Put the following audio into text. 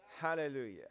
Hallelujah